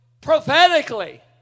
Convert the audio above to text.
prophetically